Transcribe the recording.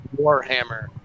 Warhammer